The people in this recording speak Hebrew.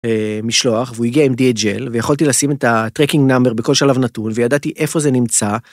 משלוח והוא הגיע אם DHL ויכולתי לשים את הטראקינג נאמבר בכל שלב נתון וידעתי איפה זה נמצא.